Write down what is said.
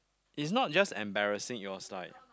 it's not just embarrassing it was like